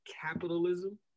capitalism